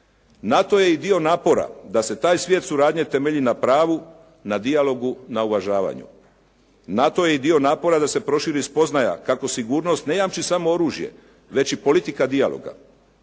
NATO je i dio napora da se taj svijet suradnje temelji na pravu, na dijalogu, na uvažavanju. NATO je i dio napora da se proširi spoznaja kako sigurnost ne jamči samo oružje, već i politika dijaloga,